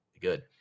good